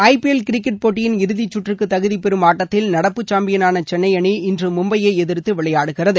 ஐ P L cricket போட்டியின் இறுதிக்கற்றுக்கு தகுதிபெறும் ஆட்டத்தில் நடப்பு சாம்பியனான சென்னை அணி இன்று மும்பையை எதிர்த்து விளையாடுகிறது